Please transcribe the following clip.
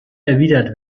erwidert